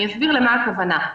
אסביר את הכוונה.